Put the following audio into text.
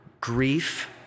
grief